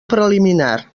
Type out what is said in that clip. preliminar